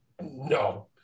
no